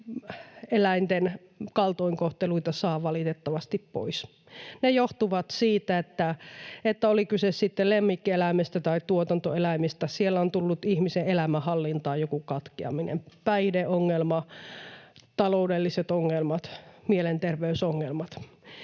eläinten kaltoinkohteluita saa valitettavasti pois. Ne johtuvat siitä, oli kyse sitten lemmikkieläimestä tai tuotantoeläimestä, että siellä on tullut ihmisen elämänhallintaan joku katkeaminen — päihdeongelma, taloudelliset ongelmat, mielenterveysongelmat